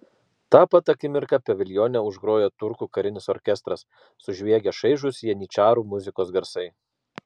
tą pat akimirką paviljone užgroja turkų karinis orkestras sužviegia šaižūs janyčarų muzikos garsai